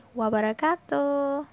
wabarakatuh